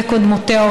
וקודמותיה,